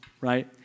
right